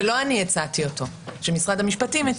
שלא אני הצעתי אותו, שמשרד המשפטים הציע אותו.